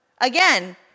Again